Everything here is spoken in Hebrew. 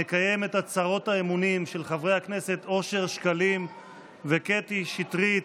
נקיים את הצהרות האמונים של חברי הכנסת אושר שקלים וקטי שטרית.